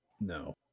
No